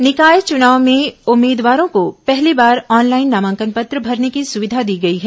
निकाय चुनाव में उम्मीदवारों को पहली बार ऑनलाइन नामांकन पत्र भरने की सुविधा दी गई है